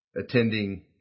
attending